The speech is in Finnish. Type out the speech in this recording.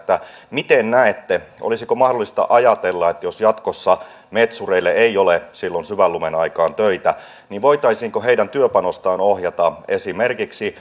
miten näette olisiko mahdollista ajatella jos jatkossa metsureille ei ole silloin syvän lumen aikaan töitä että heidän työpanostaan voitaisiin ohjata esimerkiksi